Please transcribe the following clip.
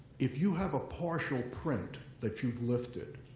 if you have a partial print that you've lifted,